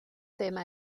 tema